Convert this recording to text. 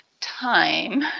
time